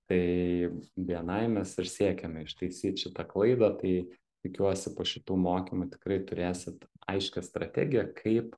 tai bni mes ir siekiame ištaisyt šitą klaidą tai tikiuosi po šitų mokymų tikrai turėsit aiškią strategiją kaip